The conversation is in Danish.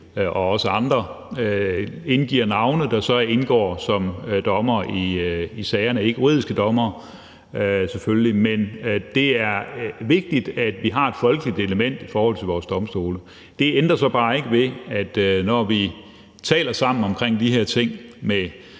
deres midte indgiver navne, der så indgår som dommere i sagerne – ikke juridiske dommere selvfølgelig. Men det er vigtigt, at vi har et folkeligt element i forbindelse med vores domstole. Det ændrer så bare ikke ved, at når vi taler sammen om de her ting med